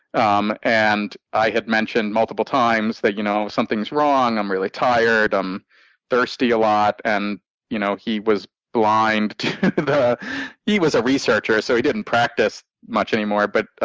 um and i had mentioned multiple times that you know something's wrong. i'm really tired. i'm thirsty a lot. and you know he was blind to the he was a researcher, so he didn't practice much anymore. but